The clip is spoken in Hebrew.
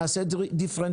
נעשה את זה בדיפרנציאליות,